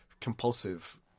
compulsive